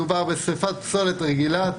מדובר בשריפת פסולת רגילה,